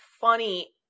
funny